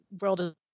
world